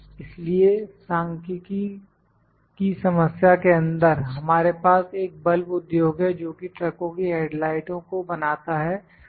इसलिए सांख्यिकी की समस्या के अंदर हमारे पास एक बल्ब उद्योग है जोकि ट्रकों की हेड लाइटों को बनाता है